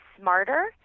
smarter